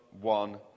one